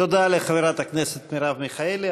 תודה לחברת הכנסת מרב מיכאלי.